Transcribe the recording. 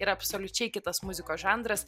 yra absoliučiai kitas muzikos žanras